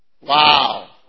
Wow